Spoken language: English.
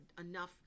enough